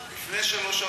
לפני שלוש,